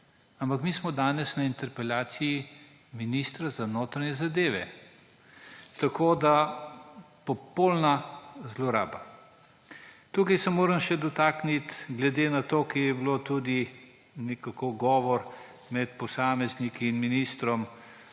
Ampak mi smo danes na interpelaciji ministra za notranje zadeve. Tako da je to popolna zloraba. Tukaj se moram še dotakniti, ker je bilo tudi nekako govora med posamezniki in ministrom,